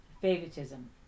favoritism